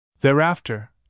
Thereafter